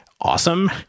awesome